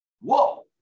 Whoa